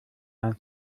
ein